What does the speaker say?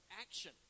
action